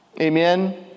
amen